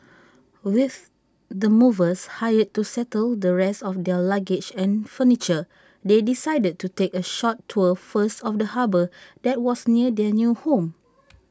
with the movers hired to settle the rest of their luggage and furniture they decided to take A short tour first of the harbour that was near their new home